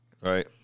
Right